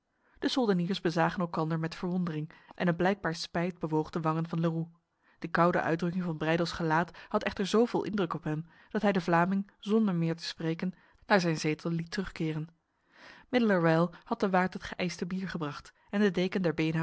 de soldeniers bezagen elkander met verwondering en een blijkbaar spijt bewoog de wangen van leroux de koude uitdrukking van breydels gelaat had echter zoveel indruk op hem dat hij de vlaming zonder meer te spreken naar zijn zetel het terugkeren middelerwijl had de waard het geëiste bier gebracht en de deken